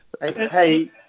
Hey